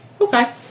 okay